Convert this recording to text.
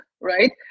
Right